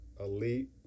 Elite